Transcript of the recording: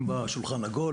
בשולחן העגול